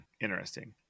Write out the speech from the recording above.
interesting